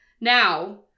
Now